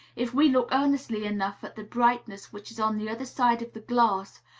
if we look earnestly enough at the brightness which is on the other side of the glass,